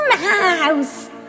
mouse